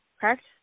correct